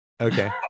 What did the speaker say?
okay